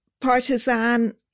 partisan